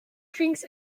drinks